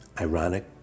ironic